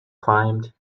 climbed